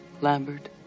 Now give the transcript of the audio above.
Lambert